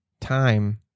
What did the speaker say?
time